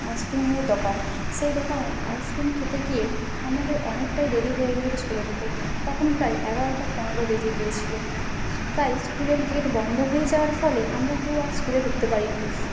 আইসক্রিমের দোকান সেই দোকানে আইসক্রিম খেতে গিয়ে আমাদের অনেকটাই দেরি হয়ে গেছিলো স্কুলে যেতে তখন প্রায় এগারোটা পনেরো বেজে গিয়েছিলো তাই স্কুলের গেট বন্ধ হয়ে যাওয়ার ফলে আমরা কেউ আর স্কুলে ঢুকতে পারিনি